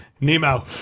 Nemo